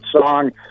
song